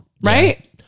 Right